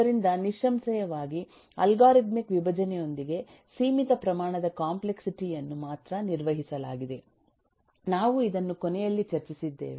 ಆದ್ದರಿಂದ ನಿಸ್ಸಂಶಯವಾಗಿ ಅಲ್ಗಾರಿದಮಿಕ್ ವಿಭಜನೆಯೊಂದಿಗೆ ಸೀಮಿತ ಪ್ರಮಾಣದ ಕಾಂಪ್ಲೆಕ್ಸಿಟಿ ಯನ್ನು ಮಾತ್ರ ನಿರ್ವಹಿಸಲಾಗಿದೆ ನಾವು ಇದನ್ನು ಕೊನೆಯಲ್ಲಿ ಚರ್ಚಿಸಿದ್ದೇವೆ